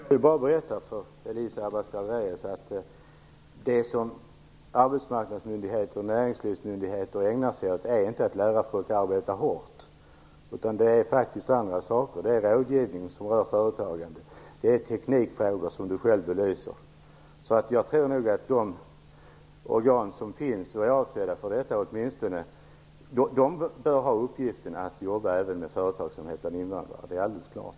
Fru talman! Jag vill bara berätta för Elisa Abascal Reyes att arbetsmarknadsmyndigheter och näringslivsmyndigheter inte ägnar sig åt lära folk att arbeta hårt. Det är faktiskt andra saker man gör. Det är rådgivning som rör företagande. Det är teknikfrågor som hon själv belyser. Jag tror nog att de organ som finns och som är avsedda för detta bör ha uppgiften att jobba även med företagsamhet bland invandrare. Det är alldeles klart.